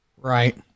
Right